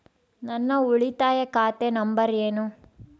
ನನ್ನ ಉಳಿತಾಯ ಖಾತೆ ನಂಬರ್ ಏನು?